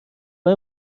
های